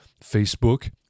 Facebook